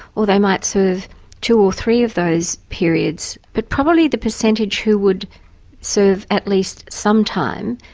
or they might serve two or three of those periods. but probably the percentage who would serve at least some time,